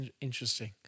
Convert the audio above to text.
interesting